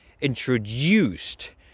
introduced